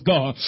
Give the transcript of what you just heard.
God